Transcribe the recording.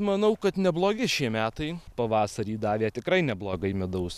manau kad neblogi šie metai pavasarį davė tikrai neblogai medaus